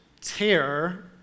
tear